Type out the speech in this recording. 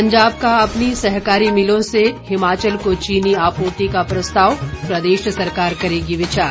पंजाब का अपनी सहकारी मिलों से हिमाचल को चीनी आपूर्ति का प्रस्ताव प्रदेश सरकार करेगी विचार